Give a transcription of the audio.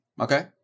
Okay